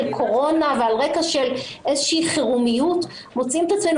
קורונה ועל רקע של איזה שהיא "חירומיות" מוצאים את עצמנו